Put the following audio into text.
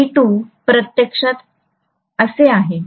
E2' प्रत्यक्षात असे आहे